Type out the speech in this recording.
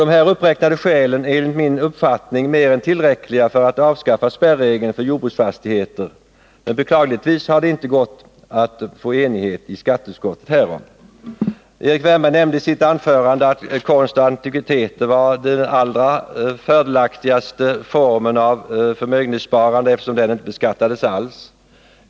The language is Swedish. Dessa uppräknade skäl är enligt min uppfattning mer än tillräckliga för avskaffande av spärregeln för jordbruksfastigheter, men beklagligtvis har det inte gått att få enighet i skatteutskottet härom. Erik Wärnberg nämnde i sitt anförande att konst och antikviteter var den allra fördelaktigaste formen av förmögenhetssparande, eftersom den inte beskattades alls.